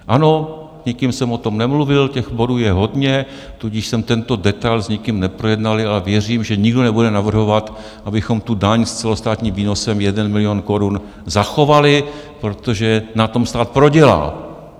Ano, s nikým jsem o tom nemluvil, těch bodů je hodně, tudíž jsem tento detail s nikým neprojednal, ale věřím, že nikdo nebude navrhovat, abychom tu daň s celostátním výnosem jeden milion korun zachovali, protože na tom stát prodělal.